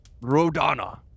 Rodana